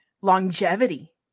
longevity